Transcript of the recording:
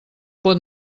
pot